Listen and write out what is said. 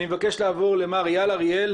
אני מבקש לעבור למר אייל אריאל,